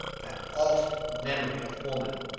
that awful memory of woman!